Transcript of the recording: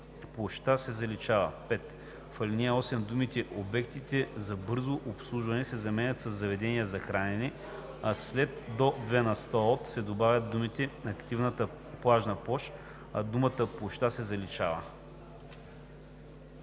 „площта“ се заличава. 5. В ал. 8 думите „обектите за бързо обслужване“ се заменят със „заведенията за хранене“, а след „до 2 на сто от“ се добавят думите „активната плажна площ“, а думата „площта“ се заличава.“